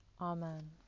Amen